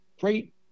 great